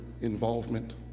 involvement